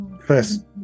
first